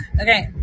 Okay